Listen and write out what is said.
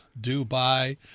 Dubai